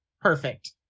perfect